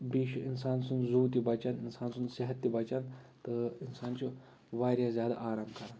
بیٚیہِ چھِ اِنسان سُنٛد زُو تہِ بَچَان اِنسان سُنٛد صحت تہِ بَچَان تہٕ اِنسان چھُ واریاہ زیادٕ آرام کَرَان